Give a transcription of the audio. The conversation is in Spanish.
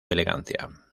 elegancia